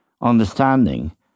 understanding